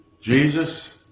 Jesus